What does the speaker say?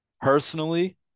Personally